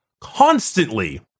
constantly